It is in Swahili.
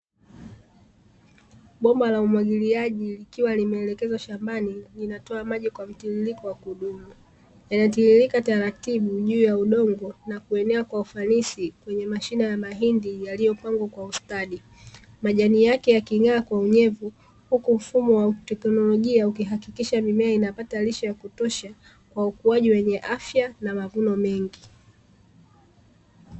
Boma la umwagiliaji likiwa limeelekezwa shambani linatoa maji kwa mtiririko wa kudumu, yanatiririka taratibu juu ya udongo na kuenea kwa ufanisi kwenye mashine ya mahindi yaliyopangwa kwa ustadi, majani yake ya king'aa kwa unyevu huku mfumo wa teknolojia ukihakikisha mimea inapata lishe ya kutosha kwa ukuaji wenye afya na mavuno mengi.